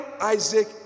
Isaac